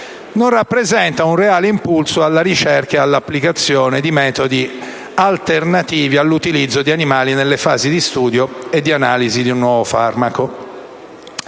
non rappresentano inoltre un reale impulso alla ricerca e all'applicazione di metodi alternativi all'utilizzo di animali nelle fasi di studio e di analisi di un nuovo farmaco.